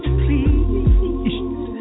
please